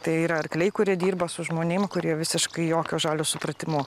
tai yra arkliai kurie dirba su žmonėm kurie visiškai jokio žalio supratimo